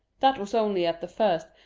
that was only at the first,